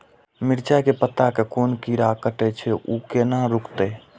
मिरचाय के पत्ता के कोन कीरा कटे छे ऊ केना रुकते?